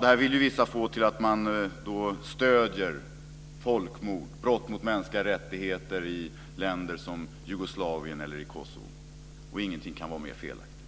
Det här vill ju vissa få till att man stöder folkmord och brott mot mänskliga rättigheter i länder som Jugoslavien eller i Kosovo, och ingenting kan vara mer felaktigt.